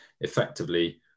effectively